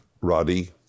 Roddy